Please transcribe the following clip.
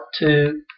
two